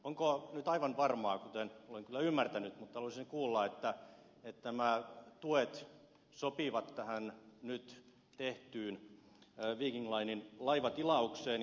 onko nyt aivan varmaa kuten olen kyllä ymmärtänyt mutta haluaisin sen kuulla että nämä tuet sopivat nyt tehtyyn viking linen laivatilaukseen